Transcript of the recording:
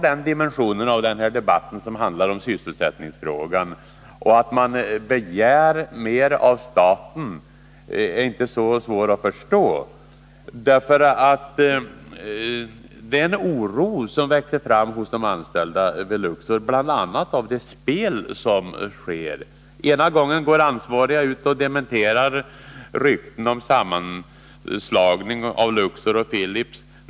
Den dimension av den här frågan som gäller sysselsättningen och att man begär mer av staten är inte så svår att förstå när vi ser oron växa fram hos de anställda vid Luxor, bl.a. som en följd av det spel som pågår. Ena gången går ansvariga ut och dementerar rykten om en sammanslagning av Luxor och Philips.